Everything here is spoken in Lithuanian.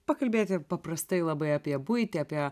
pakalbėti paprastai labai apie buitį apie